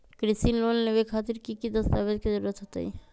कृषि लोन लेबे खातिर की की दस्तावेज के जरूरत होतई?